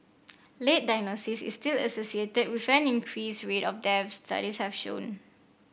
late diagnosis is still associated with an increased rate of deaths studies have shown